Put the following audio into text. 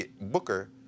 Booker